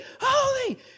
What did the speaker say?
holy